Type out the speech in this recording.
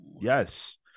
Yes